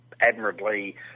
Admirably